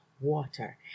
water